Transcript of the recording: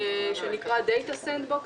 שנקרא דאטא סנד בוקס,